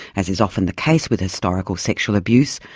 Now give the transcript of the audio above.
as is often the case with historical sexual abuse,